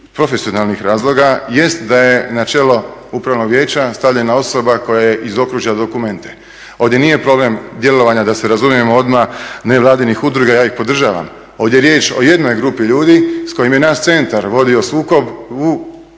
profesionalnih razloga jest da je na čelo upravnog vijeća stavljena osoba koja je iz okružja …. Ovdje nije problem djelovanja, da se razumijemo odmah, nevladinih udruga, ja ih podržavam, ovdje je riječ o jednoj grupi ljudi s kojim je naš centar vodio sukob u